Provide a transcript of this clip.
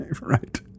Right